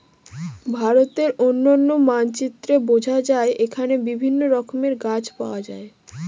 ভারতের অনন্য মানচিত্রে বোঝা যায় এখানে বিভিন্ন রকমের গাছ পাওয়া যায়